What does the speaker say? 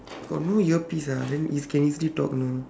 got no earpiece ah then e~ can easily talk you know